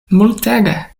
multege